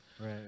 Right